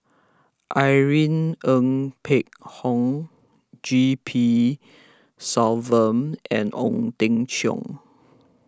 Irene Ng Phek Hoong G P Selvam and Ong Teng Cheong